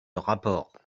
rapports